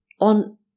on